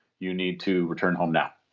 you need to return home now,